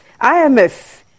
IMF